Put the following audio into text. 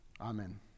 Amen